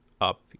up